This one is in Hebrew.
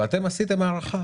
ואתם עשיתם הערכה